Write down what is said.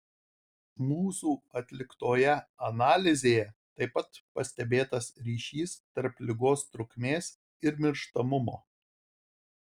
mūsų atliktoje analizėje taip pat pastebėtas ryšys tarp ligos trukmės ir mirštamumo